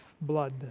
blood